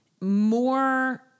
more